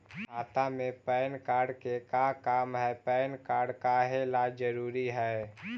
खाता में PAN card के का काम है पैन कार्ड काहे ला जरूरी है?